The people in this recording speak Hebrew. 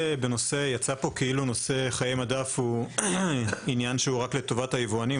יצא פה כאילו נושא חיי מדף הוא עניין שהוא רק לטובת היבואנים.